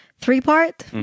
three-part